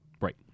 Right